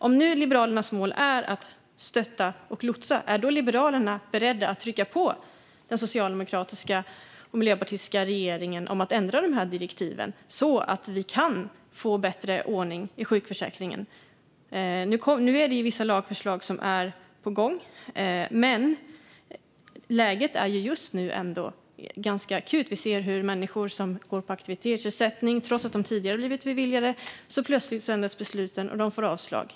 Om nu Liberalernas mål är att stötta och lotsa, är då Liberalerna beredda att trycka på den socialdemokratiska och miljöpartistiska regeringen för att ändra dessa direktiv så att vi kan få bättre ordning i sjukförsäkringen? Nu är vissa lagförslag på gång, men läget är ju just nu ganska akut. Vi ser hur besluten plötsligt ändras för människor som går på aktivitetsersättning så att de får avslag trots att de tidigare har blivit beviljade ersättning.